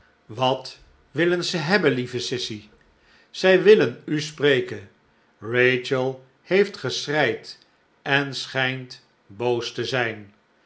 wat willen ze hebben lieve sissy zij willen u spreken rachel heeft geschreid en schijnt boos te zijn